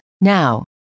Now